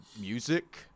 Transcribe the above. music